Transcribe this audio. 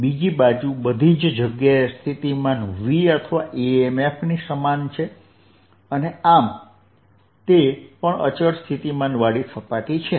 બીજી બાજુ બધી જ જગ્યાએ સ્થિતિમાન V અથવા EMFની સમાન છે આમ તે પણ અચળ સ્થિતિમાનવાળી સપાટી છે